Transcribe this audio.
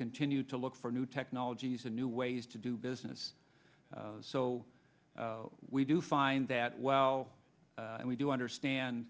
continue to look for new technologies and new ways to do business so we do find that while we do understand